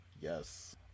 yes